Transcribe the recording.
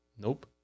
Nope